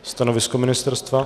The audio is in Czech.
Stanovisko ministerstva?